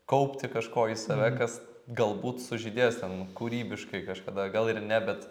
kaupti kažko į save kas galbūt sužydės ten kūrybiškai kažkada gal ir ne bet